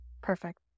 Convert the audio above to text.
Perfect